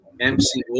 MC